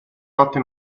notte